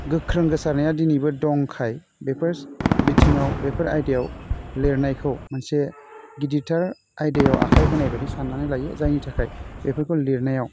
गोख्रों गोसारनाया दिनैबो दंखाय बेफोर बिथिङाव बेफोर आयदायाव लिरनायखौ मोनसे गिदिरथार आयदायाव आखाय होनायबादि साननानै लायो जायनि थाखाय बेफोरखौ लिरनायाव